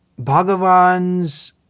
Bhagavans